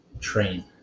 train